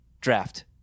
draft